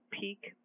peak